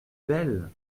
belle